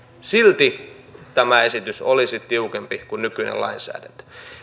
silti tämä esitys olisi tiukempi kuin nykyinen lainsäädäntö